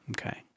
Okay